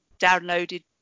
downloaded